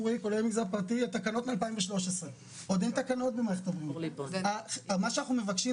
חברת הכנסת סטרוק שאמנם